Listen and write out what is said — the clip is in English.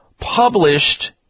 published